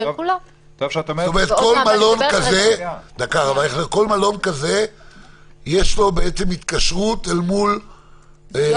זאת אומרת שלכל מלון כזה יש התקשרות אל מול גוף ---?